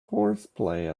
horseplay